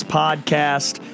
podcast